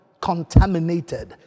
contaminated